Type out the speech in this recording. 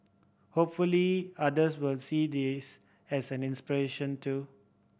hopefully others will see this as an inspiration too